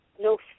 no